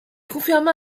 confirma